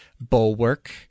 Bulwark